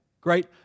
Great